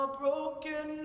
broken